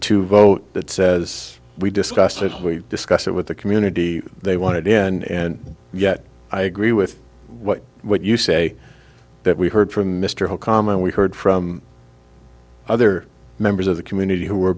two vote that says we discussed it we discussed it with the community they want it in and yet i agree with what what you say that we heard from mr hill comment we heard from other members of the community who were